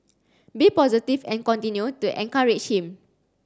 be positive and continue to encourage him